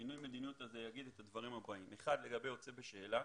שינוי המדיניות הזה יגיד את הדברים הבאים: לגבי יוצא בשאלה,